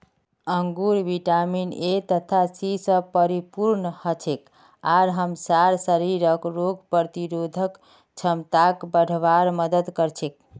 अंगूर vitamin A तथा C स परिपूर्ण हछेक आर हमसार शरीरक रोग प्रतिरोधक क्षमताक बढ़वार मदद कर छेक